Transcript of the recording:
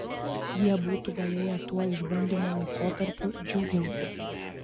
jie būtų galėję tuo išbandymo laikotarpiu džiūgauti